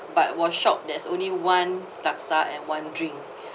but was shocked there's only one laksa and one drink